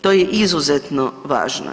To je izuzetno važno.